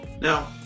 Now